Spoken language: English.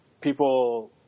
people